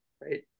right